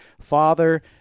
Father